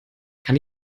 kann